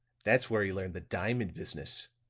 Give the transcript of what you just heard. that's where he learned the diamond business.